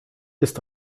ist